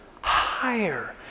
higher